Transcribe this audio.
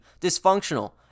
dysfunctional